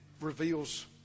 reveals